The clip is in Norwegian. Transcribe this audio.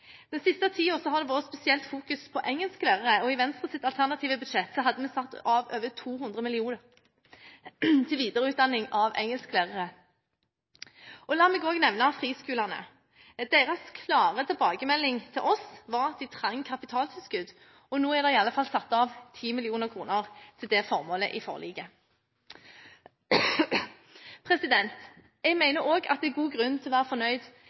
Den siste tiden har det vært spesielt fokus på engelsklærere, og i Venstres alternative budsjett hadde vi satt av over 200 mill. kr til videreutdanning av engelsklærere. La meg også nevne friskolene. Deres klare tilbakemelding til oss var at de trengte kapitaltilskudd, og nå er det iallfall satt av 10 mill. kr til det formålet i forliket. Jeg mener også at det er god grunn til å være fornøyd